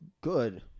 good